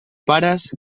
pares